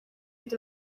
with